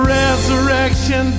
resurrection